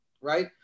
right